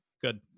Good